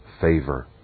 favor